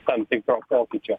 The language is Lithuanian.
tam tikro pokyčio